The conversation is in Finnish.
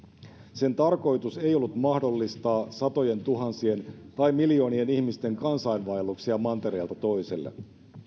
sen tarkoitus ei ollut mahdollistaa satojentuhansien tai miljoonien ihmisten kansainvaelluksia mantereelta toiselle